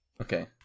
Okay